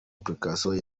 application